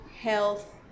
health